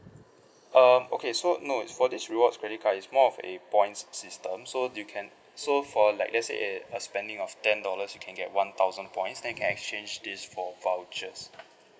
um okay so no for this rewards credit card is more of a points system so you can so for like let's say eh a spending of ten dollars you can get one thousand points then you can exchange this for vouchers